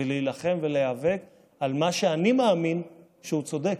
ולהילחם ולהיאבק על מה שאני מאמין שהוא צודק.